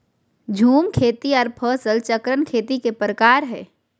झूम खेती आर फसल चक्रण खेती के प्रकार हय